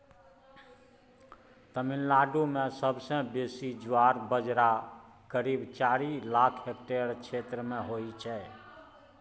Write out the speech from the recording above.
तमिलनाडु मे सबसँ बेसी ज्वार बजरा करीब चारि लाख हेक्टेयर क्षेत्र मे होइ छै